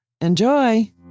Enjoy